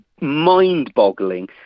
mind-boggling